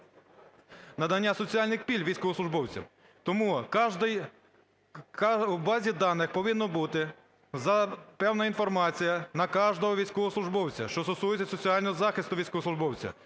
надання соціальних пільг військовослужбовцям. Тому каждый... у базі даних повинно бути за... певні інформація на каждого військовослужбовця, що стосується соціального захисту військовослужбовця,